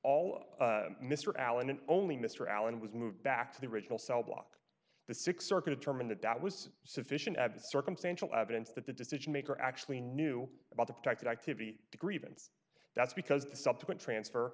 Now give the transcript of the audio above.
all of mr allen and only mr allen was moved back to the original cell block the six circuit a term in that that was sufficient abs circumstantial evidence that the decision maker actually knew about the protected activity grievance that's because the subsequent transfer